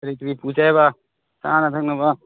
ꯀꯔꯤ ꯀꯔꯤ ꯄꯨꯁꯤ ꯍꯥꯏꯕ ꯆꯥꯅ ꯊꯛꯅꯕ